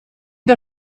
der